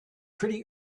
pretty